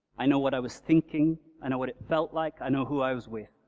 i know what i was thinking, i know what it felt like, i know who i was with.